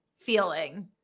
feeling